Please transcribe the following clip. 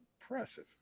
impressive